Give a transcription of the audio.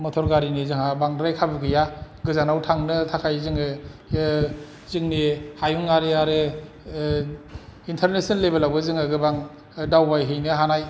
मटर गारिनि जोंहा बांद्राय खाबु गैया गोजानाव थांनो थाखाय जोंङो जोंनि हायुं आरि आरो इन्टारनेसनेल लेबेलावबो जोंङो गोबां दावबायहैनो हानाय